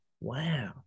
Wow